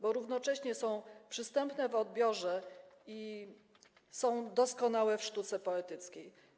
Bo równocześnie są przystępne w odbiorze i są doskonałe w sztuce poetyckiej.